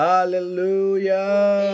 Hallelujah